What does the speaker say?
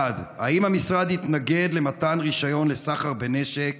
1. האם המשרד התנגד למתן רישיון לסחר בנשק